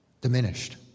diminished